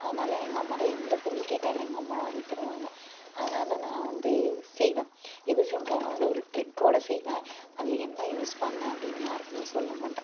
அதனால எங்கள் அம்மாகிட்ட எந்த பொருள் கேட்டாலும் எங்கள் அம்மா வாங்கி தருவாங்க அதனால நான் வந்து செய்வேன் எது செஞ்சாலும் அதில் ஒரு ட்ரிக்கோடு செய்வேன் அதில் என்ன யூஸ் பண்ணேன் அப்படினு யாருக்குமே சொல்ல மாட்டேன்